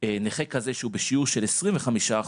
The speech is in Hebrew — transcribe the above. נכה כזה שהוא בשיעור של 25%,